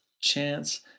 chance